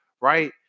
right